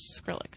Skrillex